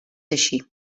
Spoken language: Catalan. així